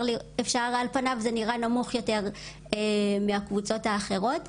על פניו זה נראה נמוך יותר מהקבוצות האחרות,